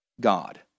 God